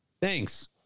Thanks